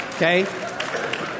Okay